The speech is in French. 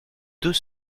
deux